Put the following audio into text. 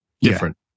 different